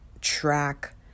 track